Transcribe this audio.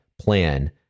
plan